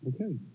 Okay